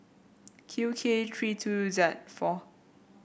Q K three two Z four